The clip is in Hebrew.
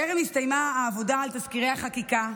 טרם הסתיימה העבודה על תזכירי החקיקה,